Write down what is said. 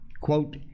quote